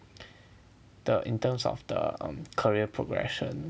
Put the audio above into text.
the in terms of the um career progression